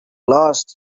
last